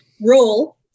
role